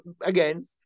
again